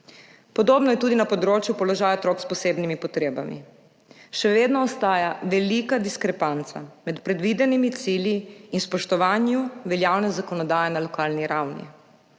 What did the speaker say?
Podobno je tudi na področju položaja otrok s posebnimi potrebami. Še vedno ostaja velika diskrepanca med predvidenimi cilji in spoštovanjem veljavne zakonodaje na lokalni ravni.